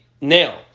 nail